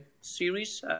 series